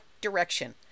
direction